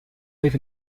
live